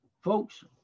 Folks